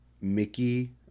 Mickey